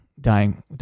dying